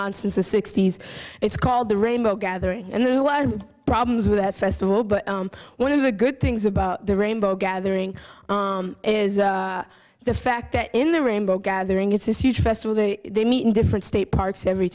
on since the sixty's it's called the rainbow gathering and there is a lot of problems with that festival but one of the good things about the rainbow gathering is the fact that in the rainbow gathering it's this huge festival that they meet in different state parks every